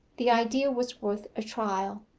the idea was worth a trial.